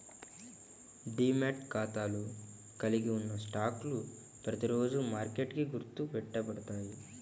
demat ఖాతాలో కలిగి ఉన్న స్టాక్లు ప్రతిరోజూ మార్కెట్కి గుర్తు పెట్టబడతాయి